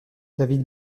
david